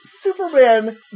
Superman